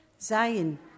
Zion